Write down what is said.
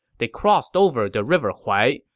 they crossed over the river huai,